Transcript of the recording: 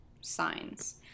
signs